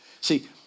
See